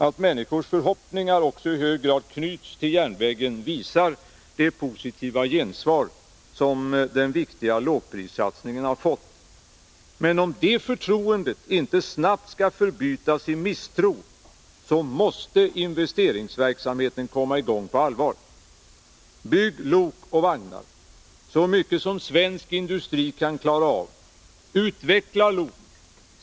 Att människors förhoppningar också i hög grad knyts till järnvägen visar det positiva gensvar som den viktiga lågprissatsningen fått. Men om det förtroendet inte snabbt skall förbytas i misstro, måste investeringsverksamheten komma i gång på allvar. Bygg lok och vagnar, så mycket som svensk industri kan klara av! Utveckla lok!